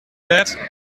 that